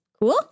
Cool